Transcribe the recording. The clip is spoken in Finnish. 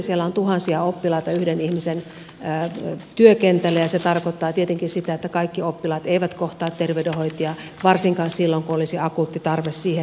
siellä on tuhansia oppilaita yhden ihmisen työkentällä ja se tarkoittaa tietenkin sitä että kaikki oppilaat eivät kohtaa terveydenhoitajaa varsinkaan silloin kun olisi akuutti tarve siihen